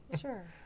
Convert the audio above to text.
Sure